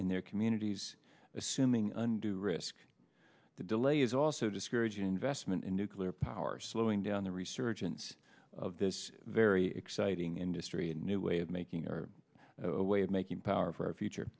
in their communities assuming undue risk the delay is also discouraging investment in nuclear power slowing down the resurgence of this very exciting industry and a new way of making our way of making power for our future